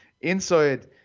inside